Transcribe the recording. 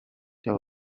there